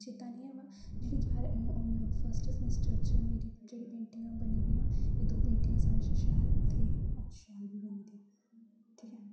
चेता निं ऐ बाऽ जेह्ड़ी फर्स्ट सेमेस्टर च मेरी जेह्ड़ी पेंटिंगां बनी दियां एह् दो पेंटिंगां सारे च शैल ते शैल बनी दियां ठीक ऐ